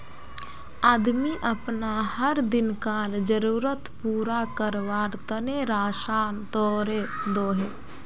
आदमी अपना हर दिन्कार ज़रुरत पूरा कारवार तने राशान तोड़े दोहों